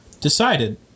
decided